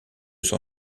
son